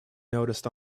noticed